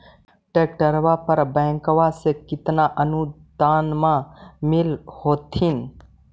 ट्रैक्टरबा पर बैंकबा से कितना अनुदन्मा मिल होत्थिन?